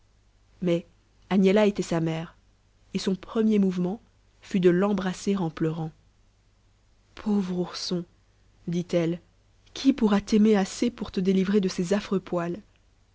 mais agnella était sa mère et son premier mouvement fut de l'embrasser en pleurant pauvre ourson dit-elle qui pourra t'aimer assez pour te délivrer de ces affreux poils